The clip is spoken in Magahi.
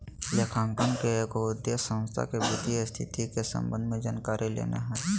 लेखांकन के एगो उद्देश्य संस्था के वित्तीय स्थिति के संबंध में जानकारी लेना हइ